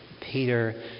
Peter